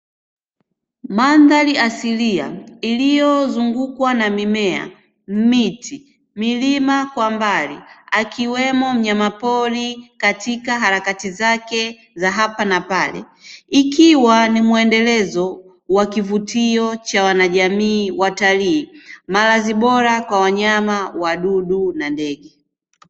Mandhari asilia iliyozungukwa na mimea, miti, milima kwa mbali; akiwemo mnyamapori katika harakati zake za hapa na pale. Ikiwa ni mwendelezo wa kivutio cha wanajamii, watalii; malazi bora kwa wanyama, wadudu na ndege.